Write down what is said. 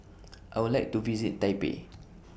I Would like to visit Taipei